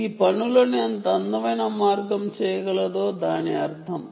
ఇది పనులను ఎంత అందమైన మార్గం చేయగలదో దాని అర్థం